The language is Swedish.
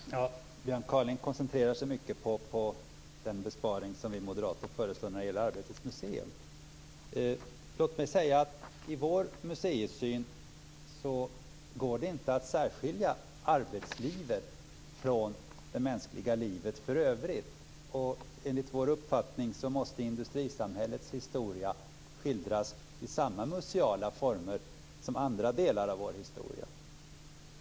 Fru talman! Björn Kaaling koncentrerar sig mycket på den besparing vi moderater föreslår när det gäller Arbetets museum. I vår syn på museerna går det inte att särskilja arbetslivet från det mänskliga livet för övrigt. Enligt vår uppfattning måste industrisamhällets historia skildras i samma museala former som andra delar av vår historia.